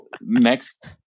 next